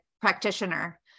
practitioner